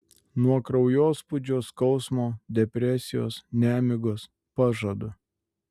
nuo kraujospūdžio skausmo depresijos nemigos pažadu